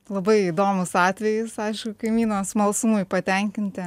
labai įdomus atvejis aišku kaimyno smalsumui patenkinti